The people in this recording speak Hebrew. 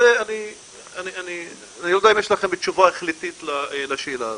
אני לא יודע אם יש לכם תשובה החלטית לשאלה הזו.